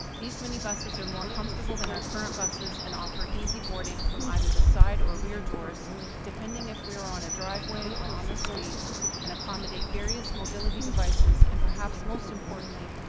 these mini buses are more comfortable than our current buses and offer easy boarding from either the side or rear doors depending if we are on a driveway or on the street and accommodate various mobility devices, and perhaps most importantly,